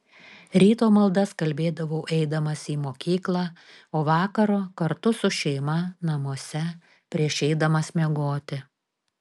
ryto maldas kalbėdavau eidamas į mokyklą o vakaro kartu su šeima namuose prieš eidamas miegoti